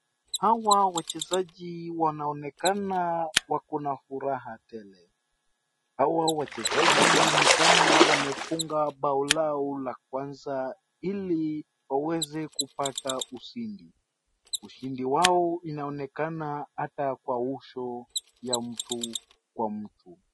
Hawa wachezaji wanaonekana wako na furaha tele. Hawa wachezaji ni kama wamefunga mbao la kwanza iliwaweze kupata ushindi. Ushindi wao inaonekana hata kwa uso ya mtu kwa mtu.